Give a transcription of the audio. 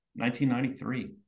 1993